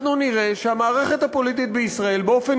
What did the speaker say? אנחנו נראה שהמערכת הפוליטית בישראל באופן